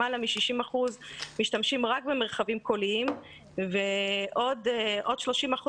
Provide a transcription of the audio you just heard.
למעלה מ-60% משתמשים רק במרחבים קוליים ועוד 30%